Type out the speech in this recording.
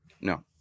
No